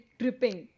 dripping